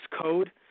code